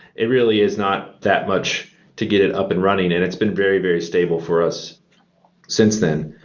it really is not that much to get it up and running and it's been very very stable for us since then.